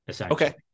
okay